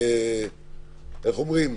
איך אומרים?